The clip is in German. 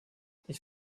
ich